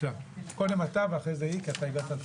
קודם אוסאמה, אתה הגעת לפניה.